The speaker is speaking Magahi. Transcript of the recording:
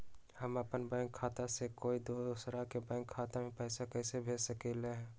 हम अपन बैंक खाता से कोई दोसर के बैंक खाता में पैसा कैसे भेज सकली ह?